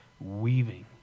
weaving